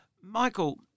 Michael